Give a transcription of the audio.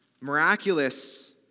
miraculous